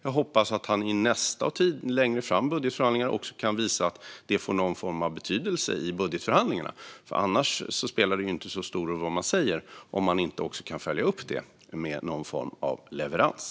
Jag hoppas att han längre fram också kan visa att det får någon form av betydelse i budgetförhandlingarna. Det spelar ju inte så stor roll vad man säger om man inte också kan följa upp det med någon form av leverans.